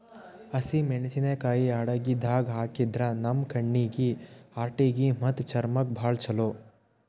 ಹಸಿಮೆಣಸಿಕಾಯಿ ಅಡಗಿದಾಗ್ ಹಾಕಿದ್ರ ನಮ್ ಕಣ್ಣೀಗಿ, ಹಾರ್ಟಿಗಿ ಮತ್ತ್ ಚರ್ಮಕ್ಕ್ ಭಾಳ್ ಛಲೋ